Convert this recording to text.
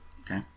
Okay